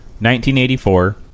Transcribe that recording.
1984